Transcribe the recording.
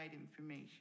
information